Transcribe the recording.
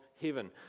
heaven